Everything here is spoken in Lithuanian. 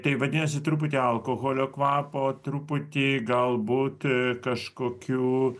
tai vadinasi truputį alkoholio kvapo truputį galbūt kažkokių